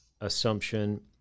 assumption